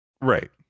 Right